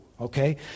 okay